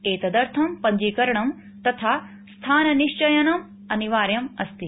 एतदर्थं पञ्जीकरणम् तथा स्थाननिश्चयनम् अनिवार्यमस्ति